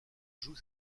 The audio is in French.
joue